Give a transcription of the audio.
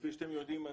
וכפי שאתם יודעים,